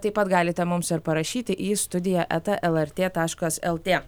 taip pat galite mums ir parašyti į studija eta el er tė taškas el tė